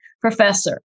professor